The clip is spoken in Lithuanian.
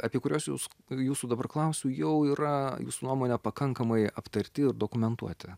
apie kuriuos jūs jūsų dabar klausiu jau yra jūsų nuomone pakankamai aptarti ir dokumentuoti